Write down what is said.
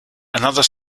another